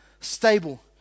stable